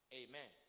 amen